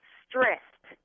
stressed